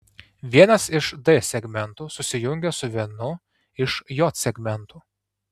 vienas iš d segmentų susijungia su vienu iš j segmentų